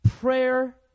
prayer